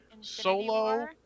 Solo